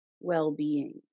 well-being